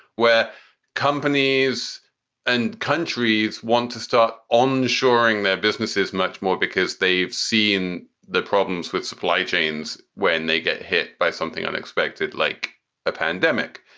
where companies and countries want to start on shoring their businesses much more because they've seen the problems with supply chains when they get hit by something unexpected, like a pandemic.